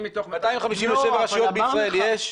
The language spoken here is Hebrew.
257 רשויות בישראל יש?